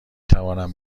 توانم